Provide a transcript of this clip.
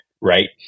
right